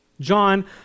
John